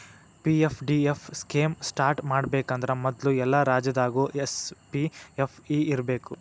PFDF scheme start ಮಾಡಬೇಕಂದ್ರ ಮೊದ್ಲು ಎಲ್ಲಾ ರಾಜ್ಯದಾಗು ಎಸ್.ಪಿ.ಎಫ್.ಇ ಇರ್ಬೇಕು